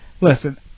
listen